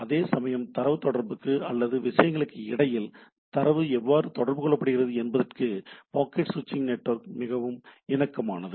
அதேசமயம் தரவு தொடர்புக்கு அல்லது விஷயங்களுக்கு இடையில் தரவு எவ்வாறு தொடர்பு கொள்ளப்படுகிறது என்பதற்கு பாக்கெட் சுவிட்ச் நெட்வொர்க் மிகவும் இணக்கமானது